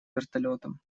вертолётом